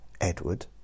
Edward